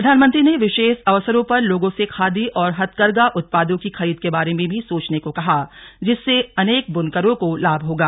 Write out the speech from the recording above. प्रधानमंत्री ने विशेष अवसरों पर लोगों से खादी और हथकरघा उत्पादों की खरीद के बारे में भी सोचने को कहा जिससे अनेक बुनकरों को लाभ होगा